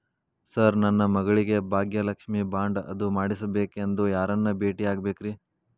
Sir ನನ್ನ ಮಗಳಿಗೆ Bhagyalakshmi bond ಅದು ಮಾಡಿಸಬೇಕೆಂದು ಯಾರನ್ನ ಭೇಟಿಯಾಗಬೇಕ್ರಿ?